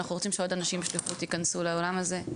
אנחנו רוצים שעוד אנשים ייכנסו לעולם הזה,